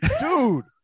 dude